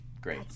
Great